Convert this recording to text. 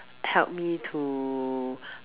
help me to